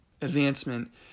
advancement